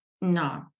No